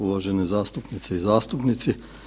Uvažene zastupnice i zastupnici.